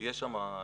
כן.